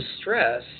stress